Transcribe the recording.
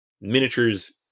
miniatures